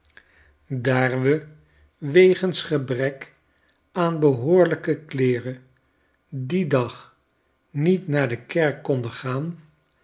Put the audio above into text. daar we wegens gebrek aan behoorlijke kleeren dien dag niet naar de kerk konden gaan